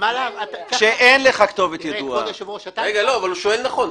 הוא שואל נכון.